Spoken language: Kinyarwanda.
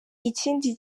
ikindi